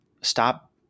stop